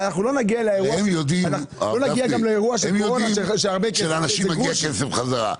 הם יודעים שלאנשים מגיע כסף בחזרה.